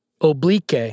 Oblique